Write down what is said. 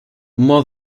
more